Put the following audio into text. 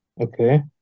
Okay